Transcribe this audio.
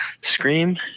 Scream